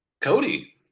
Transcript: Cody